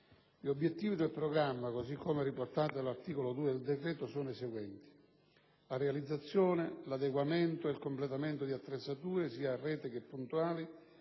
Gli obiettivi del programma, così come riportati dall'articolo 2 del decreto, sono i seguenti: la realizzazione, l'adeguamento e il completamento di attrezzature, sia a rete che puntuali,